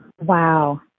Wow